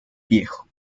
viejo